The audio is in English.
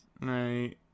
Right